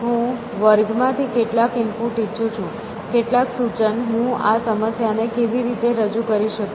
હું વર્ગમાંથી કેટલાક ઇનપુટ ઇચ્છું છું કેટલાક સૂચન હું આ સમસ્યાને કેવી રીતે રજૂ કરી શકું